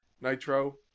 nitro